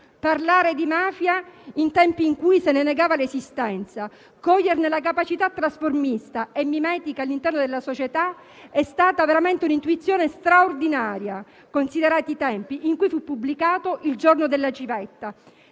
Parlare di mafia in tempi in cui se ne negava l'esistenza e coglierne la capacità trasformista e mimetica all'interno della società è stata veramente un'intuizione straordinaria, considerati i tempi in cui fu pubblicato «Il giorno della civetta»,